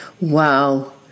Wow